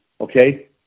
Okay